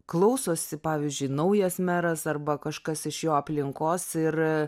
klausosi pavyzdžiui naujas meras arba kažkas iš jo aplinkos ir